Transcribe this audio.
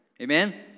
Amen